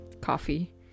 coffee